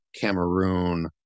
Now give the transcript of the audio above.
Cameroon